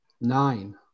Nine